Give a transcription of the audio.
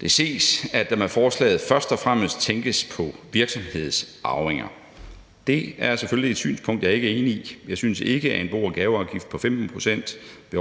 Det ses, at der med forslaget først og fremmest tænkes på virksomhedsarvinger. Det er selvfølgelig et synspunkt, jeg ikke er enig i. Jeg synes ikke, at en bo- og gaveafgift på 15 pct. ved